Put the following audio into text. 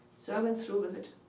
so i went through with it